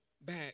back